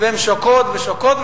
והן שוקעות ושוקעות,